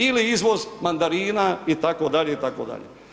Ili izvoz mandarina, itd., itd.